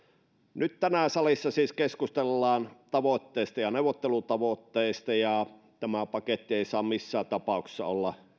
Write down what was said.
nyt tänään salissa siis keskustellaan tavoitteista ja neuvottelutavoitteista tämä paketti ei saa missään tapauksessa olla